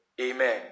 Amen